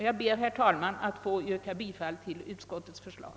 Jag ber, herr talman, att få yrka bifall till utskottets förslag.